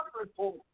report